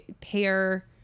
pair